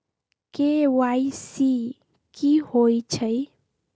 KYC कि होई छई?